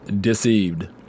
deceived